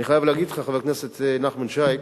אני חייב להגיד לך, חבר הכנסת נחמן שי,